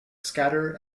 scatter